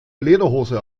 lederhose